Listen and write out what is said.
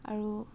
আৰু